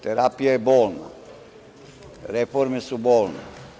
Terapija je bolna, reforme su bolne.